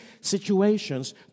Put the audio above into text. situations